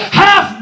half